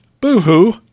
Boo-hoo